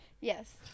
Yes